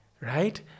right